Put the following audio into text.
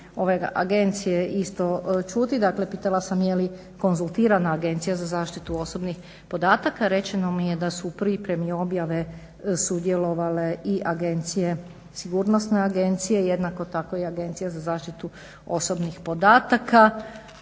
ove agencije isto čuti, dakle pitala sam je li konzultirana Agencija za zaštitu osobnih podataka. Rečeno mi je da su u pripremi sudjelovale i sigurnosne agencije, jednako tako i Agencija za zaštitu osobnih podataka,